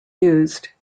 used